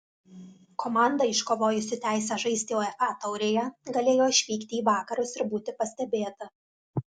komanda iškovojusi teisę žaisti uefa taurėje galėjo išvykti į vakarus ir būti pastebėta